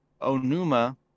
Onuma